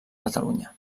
catalunya